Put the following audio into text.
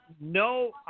no